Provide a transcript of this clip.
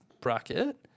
bracket